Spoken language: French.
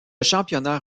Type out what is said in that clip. championnat